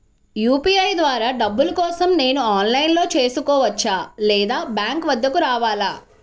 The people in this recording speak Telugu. యూ.పీ.ఐ ద్వారా డబ్బులు కోసం నేను ఆన్లైన్లో చేసుకోవచ్చా? లేదా బ్యాంక్ వద్దకు రావాలా?